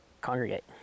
congregate